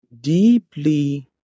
Deeply